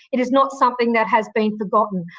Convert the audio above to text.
it is not something that has been forgotten.